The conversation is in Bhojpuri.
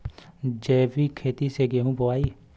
जैविक खेती से गेहूँ बोवाई